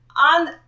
on